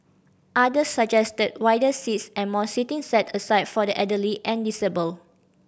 others suggested wider seats and more seating set aside for the elderly and disabled